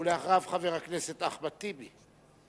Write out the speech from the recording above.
ואחריו, חבר הכנסת אחמד טיבי.